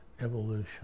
evolution